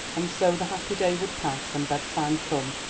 and so the happy day would pass and bed-time come,